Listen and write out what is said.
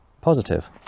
positive